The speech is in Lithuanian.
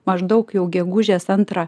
maždaug jau gegužės antrą